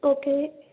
okay